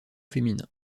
féminin